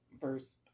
Verse